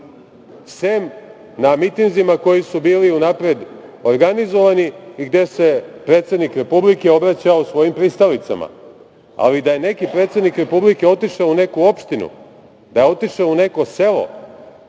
sem na mitinzima koji su bili unapred organizovani i gde se predsednik Republike obraćao svojim pristalicama? Da je neki predsednik Republike otišao u neku opštinu, da je otišao u neko selo